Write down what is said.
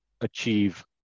achieve